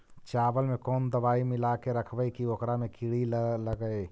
चावल में कोन दबाइ मिला के रखबै कि ओकरा में किड़ी ल लगे?